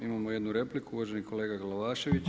Imamo jednu repliku, uvaženi kolega Glavašavić.